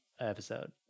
episode